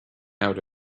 out